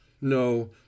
no